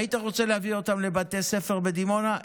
היית רוצה להביא אותם לבתי ספר בדימונה,